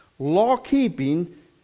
Law-keeping